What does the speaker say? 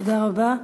תודה רבה.